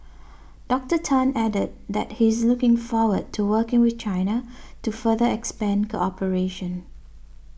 Doctor Tan added that he is looking forward to working with China to further expand cooperation